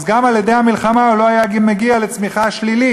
גם על-ידי המלחמה הוא לא היה מגיע לצמיחה שלילית.